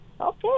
Okay